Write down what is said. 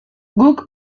guk